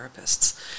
Therapists